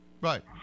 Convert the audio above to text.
Right